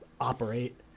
operate